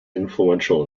influential